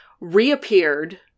reappeared